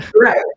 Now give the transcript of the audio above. right